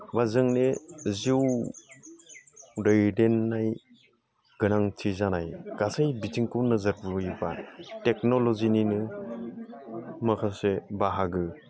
बा जोंनि जिउ दैदेननाय गोनांथि जानाय गासै बिथिंखौ नोजोर होयोब्ला टेकन'ल'जिनिनो माखासे बाहागो